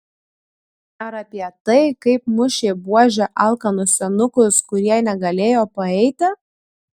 ar apie tai kaip mušė buože alkanus senukus kurie negalėjo paeiti